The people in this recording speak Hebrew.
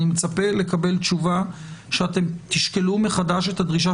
אני מצפה לקבל תשובה שאתם תשקלו מחדש את הדרישה